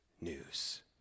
news